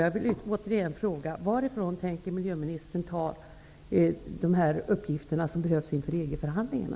Jag vill återigen fråga varifrån miljöministern tänker ta de uppgifter som behövs inför EG-förhandlingarna.